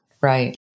Right